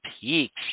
Peaks